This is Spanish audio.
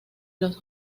los